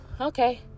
okay